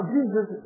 Jesus